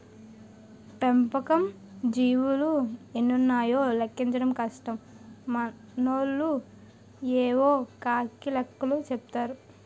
పెంపకం జీవులు ఎన్నున్నాయో లెక్కించడం కష్టం మనోళ్లు యేవో కాకి లెక్కలు చెపుతారు